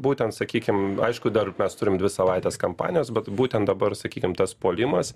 būtent sakykim aišku dar mes turim dvi savaites kampanijos bet būtent dabar sakykim tas puolimas